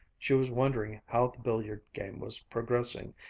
she was wondering how the billiard game was progressing,